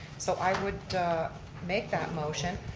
so i would make that motion,